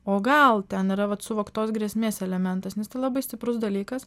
o gal ten yra vat suvoktos grėsmės elementas nes tai labai stiprus dalykas